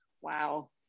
wow